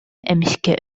эмискэ